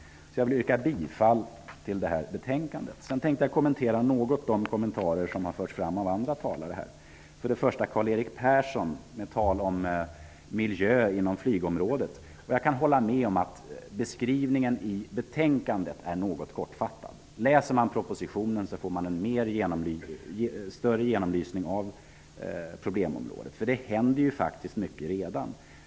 Jag yrkar bifall till utskottets hemställan. Sedan tänkte jag något kommentera det som andra talare har fört fram. Karl-Erik Persson talar om miljön på flygområdet. Jag kan hålla med om att skrivningen i betänkandet är något kortfattad. Läser man propositionen får man en bättre genomlysning av problemen. Det händer faktiskt mycket redan.